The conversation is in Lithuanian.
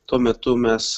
tuo metu mes